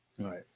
Right